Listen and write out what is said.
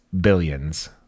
billions